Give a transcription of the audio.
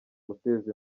guteza